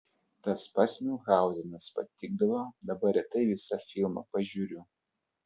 tas pats miunchauzenas patikdavo dabar retai visą filmą pažiūriu